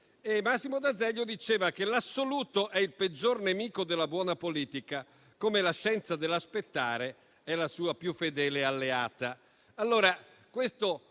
Massimo d'Azeglio diceva che l'assoluto è il peggior nemico della buona politica, come l'assenza dell'aspettare è la sua più fedele alleata.